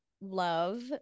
love